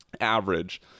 average